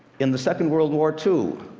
in the second world war, too,